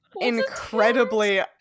incredibly